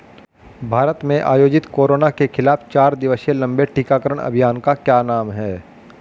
भारत में आयोजित कोरोना के खिलाफ चार दिवसीय लंबे टीकाकरण अभियान का क्या नाम है?